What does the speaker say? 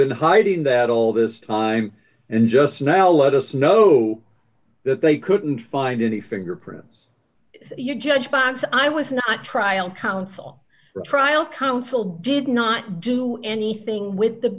been hiding that all this time and just now let us know that they couldn't find any fingerprints you judge banks i was not trial counsel trial counsel did not do anything with the